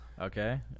Okay